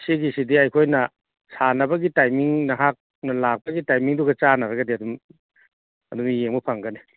ꯁꯤꯒꯤꯁꯤꯗꯤ ꯑꯩꯈꯣꯏꯅ ꯁꯥꯟꯅꯕꯒꯤ ꯇꯥꯏꯃꯤꯡ ꯅꯍꯥꯛꯅ ꯂꯥꯛꯄꯒꯤ ꯇꯥꯏꯃꯤꯡꯗꯨꯒ ꯆꯥꯟꯅꯔꯒꯗꯤ ꯑꯗꯨꯝ ꯌꯦꯡꯕ ꯐꯪꯒꯅꯤ